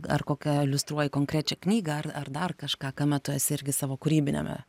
ar kokią iliustruoji konkrečią knygą ar dar kažką kame tu esi irgi savo kūrybiniame